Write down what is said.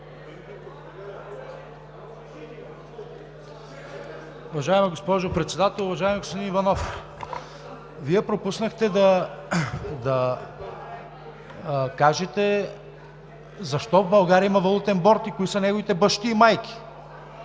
Уважаема госпожо Председател! Уважаеми господин Иванов, Вие пропуснахте да кажете защо в България има валутен борд и кои са неговите бащи и майки.